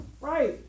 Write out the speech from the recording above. Right